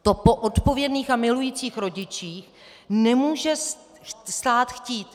To po odpovědných a milujících rodičích nemůže stát chtít.